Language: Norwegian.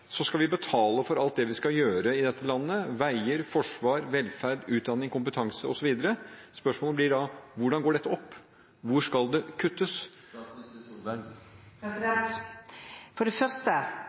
skal betale for alt det vi skal gjøre i dette landet – veier, forsvar, velferd, utdanning, kompetanse osv. Spørsmålet blir da: Hvordan går dette opp? Hvor skal det kuttes?